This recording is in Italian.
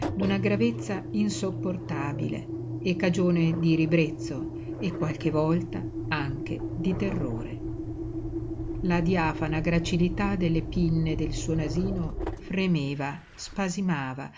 d'una gravezza insopportabile e cagione di ribrezzo e qualche volta anche di terrore la diafana gracilità delle pinne del suo nasino fremeva spasimava